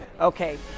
Okay